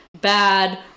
bad